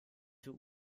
viel